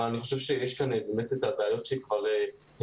אבל אני חושב שיש כאן את הבעיות שכבר העלו.